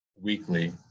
weekly